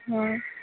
ହଁ